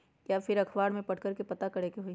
या फिर अखबार में पढ़कर के पता करे के होई?